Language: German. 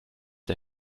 der